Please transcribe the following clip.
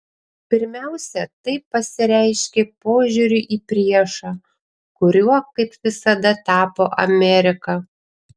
pirmiausia tai pasireiškė požiūriu į priešą kuriuo kaip visada tapo amerika